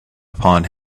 upon